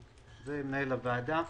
מנהל הוועדה.